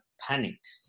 panicked